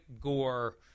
Gore